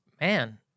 Man